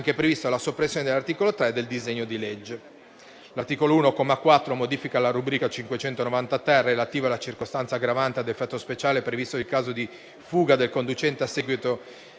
anche previsto la soppressione dell'articolo 3 del disegno di legge. L'articolo 1, comma 4, modifica la rubrica 590-*ter*, relativa alla circostanza aggravante ad effetto speciale prevista nel caso di fuga del conducente a seguito